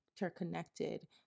interconnected